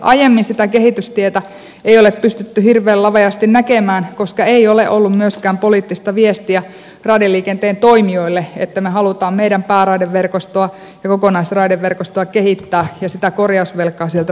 aiemmin sitä kehitystietä ei ole pystytty hirveän laveasti näkemään koska ei ole ollut myöskään poliittista viestiä raideliikenteen toimijoille että me haluamme meidän pää ja kokonaisraideverkostostamme kehittää ja sitä korjausvelkaa sieltä pikkuhiljaa purkaa